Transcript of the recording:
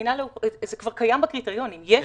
איפה?